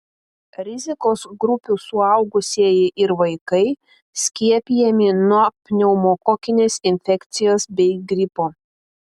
rizikos grupių suaugusieji ir vaikai skiepijami nuo pneumokokinės infekcijos bei gripo